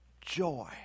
joy